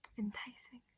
enticing.